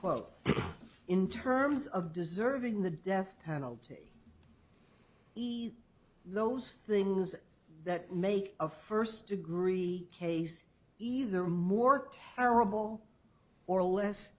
quote in terms of deserving the death penalty either those things that make a first degree case either more terrible or less